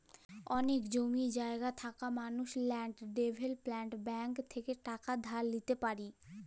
অলেক জমি জায়গা থাকা মালুস ল্যাল্ড ডেভেলপ্মেল্ট ব্যাংক থ্যাইকে টাকা ধার লিইতে পারি